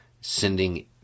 sending